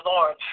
Lord